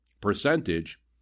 percentage